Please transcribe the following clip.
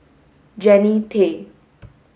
Jannie Tay